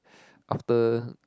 after